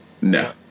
No